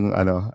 ano